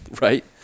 Right